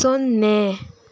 ಸೊನ್ನೆ